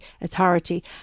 Authority